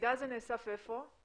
המידע הזה נאסף איפה?